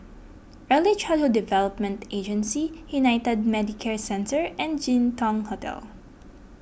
Early Childhood Development Agency United Medicare Centre and Jin Dong Hotel